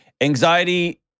Anxiety